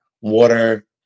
Water